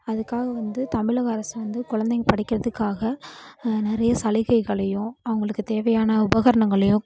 அதுக்காக வந்து தமிழக அரசு வந்து குழந்தைங்க படிக்கிறதுக்காக நிறைய சலுகைகளையும் அவங்களுக்கு தேவையான உபகரணங்களையும்